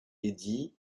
eddy